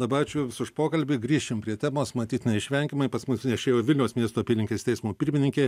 labai ačiū jums už pokalbį grįšim prie temos matyt neišvengiamai pas mus viešėjo vilniaus miesto apylinkės teismo pirmininkė